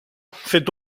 s’est